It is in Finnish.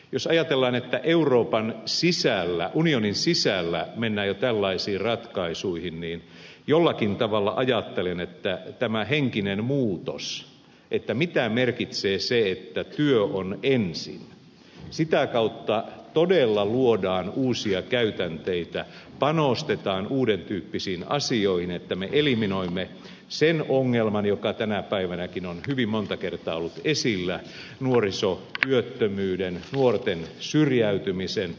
jos ajatellaan että euroopan sisällä unionin sisällä mennään jo tällaisiin ratkaisuihin niin jollakin tavalla ajattelen että tämä henkinen muutos mitä merkitsee se että työ on ensin sitä kautta todella luodaan uusia käytänteitä panostetaan uuden tyyppisiin asioihin jotta me eliminoimme sen ongelman joka tänä päivänäkin on hyvin monta kertaa ollut esillä nuorisotyöttömyyden nuorten syrjäytymisen